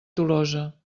tolosa